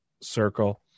circle